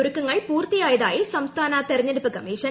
ഒരുക്കങ്ങൾ പൂർത്തിയായതായി സംസ്ഥാന തെരഞ്ഞെടുപ്പ് കമ്മീഷൻ